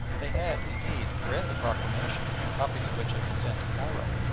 they had, indeed, read the proclamation, copies of which had been sent to cairo,